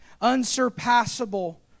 unsurpassable